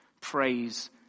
praise